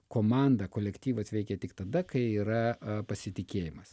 komanda kolektyvas veikia tik tada kai yra pasitikėjimas